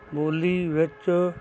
ਬੋਲੀ ਵਿੱਚ